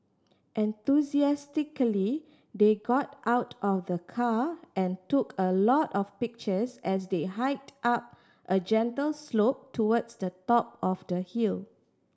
enthusiastically they got out of the car and took a lot of pictures as they hiked up a gentle slope towards the top of the hill